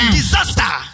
disaster